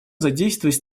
задействовать